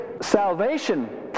salvation